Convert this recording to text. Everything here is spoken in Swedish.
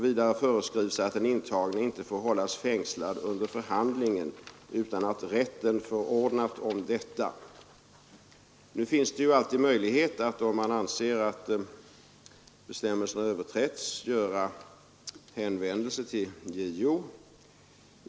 Vidare föreskrivs att den intagne inte får hållas fängslad under förhandlingen utan att rätten förordnat om detta. Det finns alltid möjlighet att göra hänvändelse till JO, om man anser att bestämmelserna överträtts.